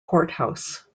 courthouse